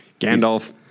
Gandalf